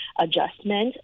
adjustment